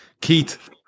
Keith